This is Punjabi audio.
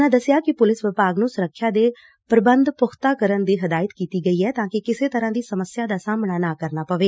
ਉਨ੍ਹਾਂ ਦਸਿਆ ਕਿ ਪੁਲੀਸ ਵਿਭਾਗ ਨੁੰ ਸੁਰੱਖਿਆ ਦੇ ਪ੍ਰਬੰਧ ਪੁਖ਼ਤਾ ਕਰਨ ਦੀ ਹਦਾਇਤ ਕੀਤੀ ਗਈਆ ਤਾਂ ਕਿ ਕਿਸੇ ਤਰ੍ਹਾਂ ਦੀ ਸਮੱਸਿਆ ਦਾ ਸਾਹਮਣਾ ਨਾ ਕਰਨਾ ਪਵੇ